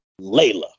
Layla